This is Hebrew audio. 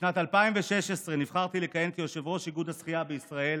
בשנת 2016 נבחרתי לכהן כיושב-ראש איגוד השחייה בישראל